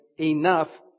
enough